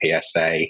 PSA